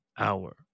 Hour